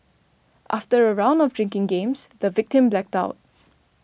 after a round of drinking games the victim blacked out